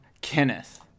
kenneth